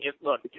look